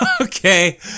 Okay